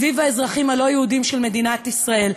סביב האזרחים הלא-יהודים של מדינת ישראל.